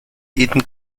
eton